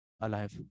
alive